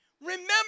remember